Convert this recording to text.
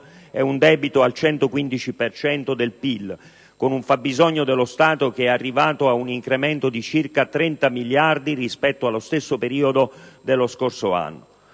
e un debito al 115 per cento del PIL, con un fabbisogno dello Stato che è arrivato ad un incremento di circa 30 miliardi rispetto allo stesso periodo dello scorso anno.